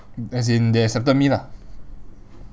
as in they accepted me lah